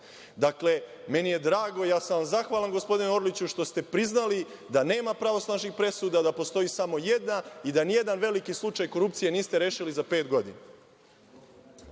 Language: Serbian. meni je drago, zahvalan sam vam, gospodine Orliću, što ste priznali da nema pravosnažnih presuda, da postoji samo jedna i da ni jedan veliki slučaj korupcije niste rešili za pet godina.